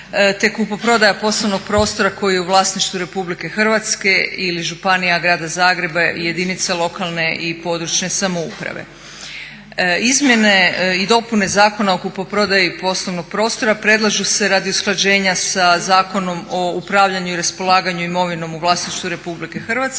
te kupoprodaja poslovnog prostora koji je u vlasništvu RH ili županija, Grada Zagreba, jedinice lokalne i područne samouprave. Izmjene i dopune Zakona o kupoprodaji poslovnog prostora predlažu se radi usklađenja sa Zakonom o upravljanju i raspolaganju imovinom u vlasništvu RH, te radi